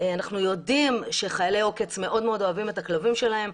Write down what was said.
אנחנו יודעים שחיילי עוקץ מאוד מאוד אוהבים את הכלבים שלהם,